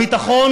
הביטחון,